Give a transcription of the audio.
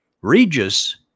Regis